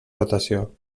rotació